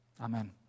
Amen